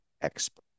expert